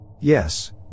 Yes